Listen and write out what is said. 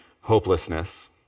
hopelessness